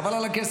חבל על הכסף.